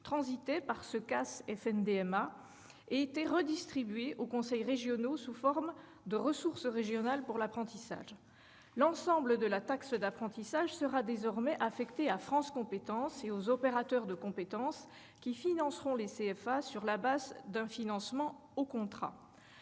transitait par le CAS FNDMA et était redistribuée aux conseils régionaux sous forme de « ressource régionale pour l'apprentissage ». L'ensemble de la taxe d'apprentissage sera désormais affectée à France compétences et aux opérateurs de compétences, qui financeront les CFA sur la base d'un financement « au contrat